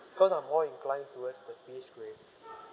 cause I'm more inclined towards the space grey